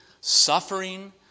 suffering